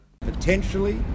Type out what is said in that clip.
Potentially